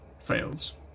fails